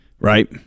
right